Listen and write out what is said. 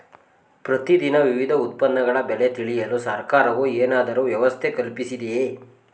ಪ್ರತಿ ದಿನ ವಿವಿಧ ಉತ್ಪನ್ನಗಳ ಬೆಲೆ ತಿಳಿಯಲು ಸರ್ಕಾರವು ಏನಾದರೂ ವ್ಯವಸ್ಥೆ ಕಲ್ಪಿಸಿದೆಯೇ?